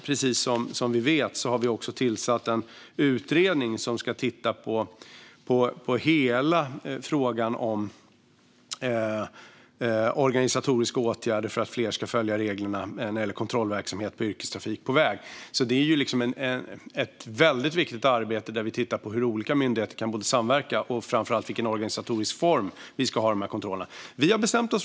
Precis som vi vet har vi också tillsatt en utredning som ska titta på hela frågan när det gäller kontrollverksamhet av yrkestrafik på väg - även organisatoriska åtgärder - för att fler ska följa reglerna. Det är ett väldigt viktigt arbete där vi tittar på hur olika myndigheter kan samverka och framför allt i vilken organisatorisk form vi ska ha dessa kontroller. Vi i regeringen har bestämt oss.